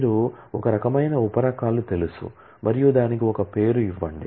మీకు ఒక రకమైన ఉప రకాలు తెలుసు మరియు దానికి ఒక పేరు ఇవ్వండి